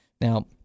Now